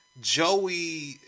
Joey